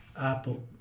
Apple